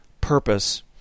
purpose